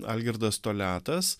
algirdas toliatas